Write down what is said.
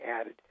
added